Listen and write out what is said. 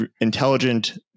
intelligent